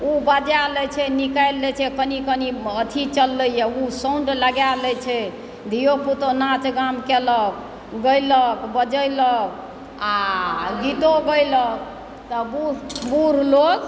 ओ बजा लए छै निकालि लए छै कनि कनि अथी चललैए ओ साउण्ड लगा लय छै धिओ पुतो नाच गान केलक गलिक बजलिक आ गीतों गलिक तऽ बुढ़ बुढ़ लोग